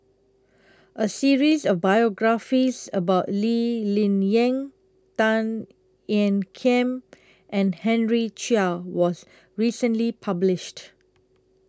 A series of biographies about Lee Ling Yen Tan Ean Kiam and Henry Chia was recently published